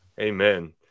Amen